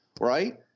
right